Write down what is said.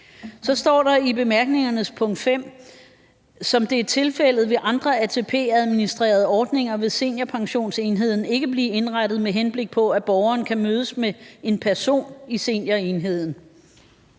Så står der i bemærkningernes punkt 5: »Som det er tilfældet ved andre ATP-administrerede ordninger, vil Seniorpensionsenheden ikke blive indrettet med henblik på, at borgeren kan mødes med den person i Seniorpensionsenheden,